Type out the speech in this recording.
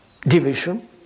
division –